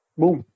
boom